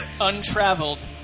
untraveled